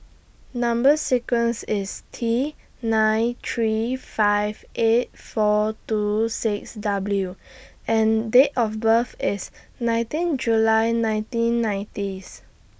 Number sequence IS T nine three five eight four two six W and Date of birth IS nineteen July nineteen ninetieth